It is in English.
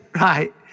Right